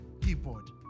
Keyboard